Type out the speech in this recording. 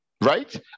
Right